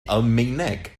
almaeneg